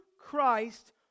Christ